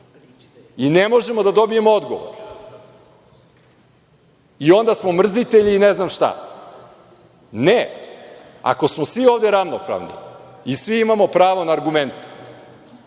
i ne možemo da dobijemo odgovor, i onda smo mrzitelji, i ne znam šta. Ne, ako smo svi ovde ravnopravni i svi imamo pravo na argumente,